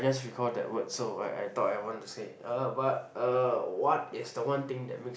just recall that word so I I thought I want to say uh but uh what is the one thing that makes